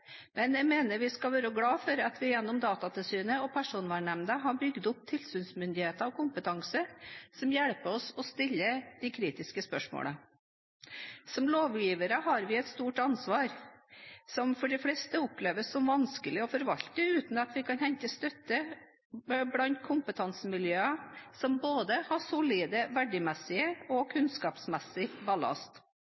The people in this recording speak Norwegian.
men jeg mener vi skal være glad for at vi gjennom Datatilsynet og Personvernnemnda har bygd opp tilsynsmyndigheter og kompetanse som hjelper oss å stille de kritiske spørsmålene. Som lovgivere har vi et stort ansvar som for de fleste oppleves som vanskelig å forvalte uten at vi kan hente støtte blant kompetansemiljøer som har solid både verdimessig og kunnskapsmessig ballast. Senterpartiet har sammen med Arbeiderpartiet, Venstre og